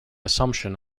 assumption